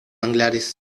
manglares